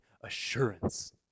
assurance